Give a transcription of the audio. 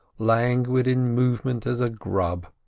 languid in movement as a grub.